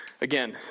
Again